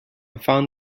found